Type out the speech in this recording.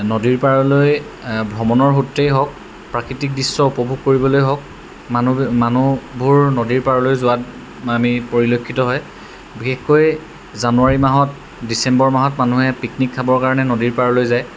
নদীৰ পাৰলৈ ভ্ৰমণৰ সূত্ৰেই হওক প্ৰাকৃতিক দৃশ্য উপভোগ কৰিবলৈয়ে হওক মানুহবোৰ নদীৰ পাৰলৈ যোৱাত আমি পৰিলক্ষিত হয় বিশেষকৈ জানুৱাৰী মাহত ডিচেম্বৰ মাহত মানুহে পিকনিক খাবৰ কাৰণে নদীৰ পাৰলৈ যায়